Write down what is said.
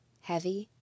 heavy